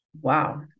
wow